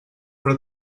però